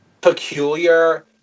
peculiar